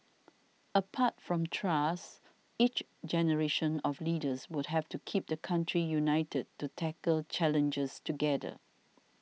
apart from trust each generation of leaders would have to keep the country united to tackle challenges together